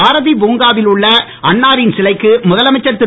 பாரதி புங்காவில் உள்ள அன்னாரின் சிலைக்கு முதலமைச்சர் திரு